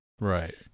Right